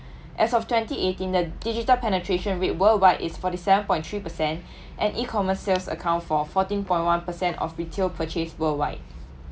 as of twenty eighteen the digital penetration rate worldwide is forty seven point three percent and e-commerce sales account for fourteen point one percent of retail purchase worldwide